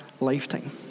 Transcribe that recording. lifetime